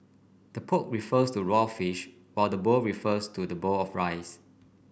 the poke refers to raw fish while the bowl refers to the bowl of rice